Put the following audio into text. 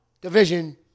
division